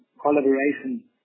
collaboration